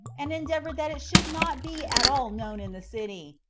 and endeavored that it should not be at all known in the city,